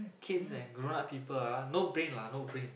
kids and grown up people ah no brain lah no brain